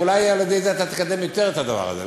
ואולי על-ידי זה תקדם יותר את הדבר הזה.